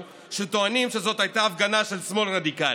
שטוענים שזו הייתה הפגנה של שמאל רדיקלי.